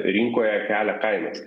rinkoje kelia kainas